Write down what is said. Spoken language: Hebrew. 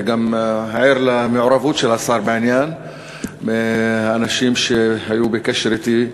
אני גם ער למעורבות השר בעניין מאנשים שהיו בקשר אתי.